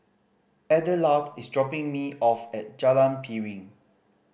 Adelard is dropping me off at Jalan Piring